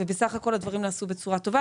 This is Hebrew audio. ובסך הכול הדברים נעשו בצורה טובה.